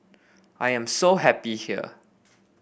I am so happy here